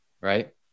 right